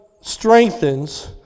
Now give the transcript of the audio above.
strengthens